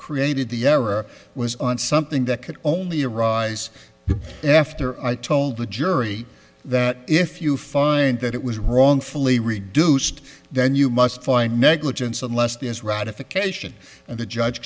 created the error was on something that could only arise after i told the jury that if you find that it was wrongfully reduced then you must find negligence unless the is ratification and the judge